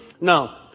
No